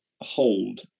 hold